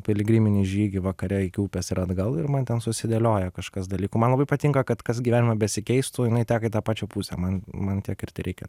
piligriminį žygį vakare iki upės ir atgal ir man ten susidėlioja kažkas man labai patinka kad kas gyvenime besikeistų jinai teka į tą pačią pusę man man tiek ir tereikia